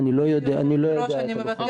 אני לא יודע את לוחות הזמנים.